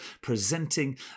presenting